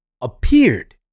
appeared